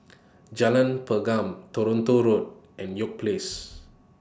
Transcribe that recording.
Jalan Pergam Toronto Road and York Place